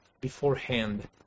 beforehand